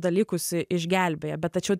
dalykus išgelbėjo bet tačiau